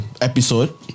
episode